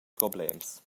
problems